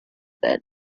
that